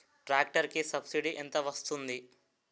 Tractor కి subsidy ఎంత వస్తుంది?